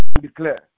declare